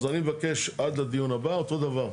אז אני מבקש עד הדיון הבא, אותו דבר.